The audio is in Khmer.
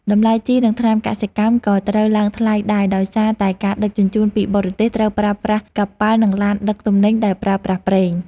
តម្លៃជីនិងថ្នាំកសិកម្មក៏ត្រូវឡើងថ្លៃដែរដោយសារតែការដឹកជញ្ជូនពីបរទេសត្រូវប្រើប្រាស់កប៉ាល់និងឡានដឹកទំនិញដែលប្រើប្រាស់ប្រេង។